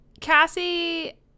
Cassie